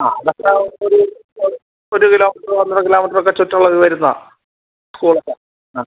ആ അതാവുമ്പോൾ ഒരു ഒരു ഒരു കിലോമീറ്റർ ഒന്നര കിലോമീറ്റർ ഒക്കെ ചുറ്റളവിൽ വരുന്നതാണ് സ്കൂളൊക്കെ ആ